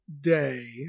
day